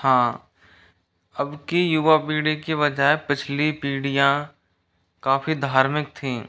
हाँ अब की युवा पीढ़ी के बजाए पिछली पीढ़ियाँ काफ़ी धार्मिक थीं